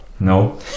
no